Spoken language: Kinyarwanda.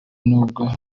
n’ubwo